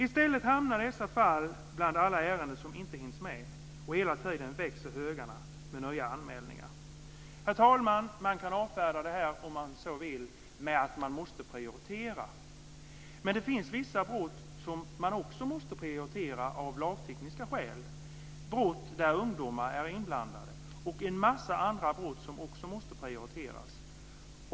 I stället hamnar dessa fall bland alla ärenden som inte hinns. Och hela tiden växer högarna med nya anmälningar." Herr talman! Man kan avfärda detta, om man så vill, med att man måste prioritera. Men det finns vissa brott som man också måste prioritera av lagtekniska skäl. Det är brott där ungdomar är inblandade. Det finns en massa andra brott som också måste prioriteras.